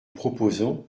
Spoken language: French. proposons